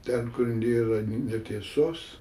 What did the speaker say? ten kur nėra netiesos